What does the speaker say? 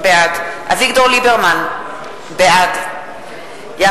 בעד אביגדור ליברמן,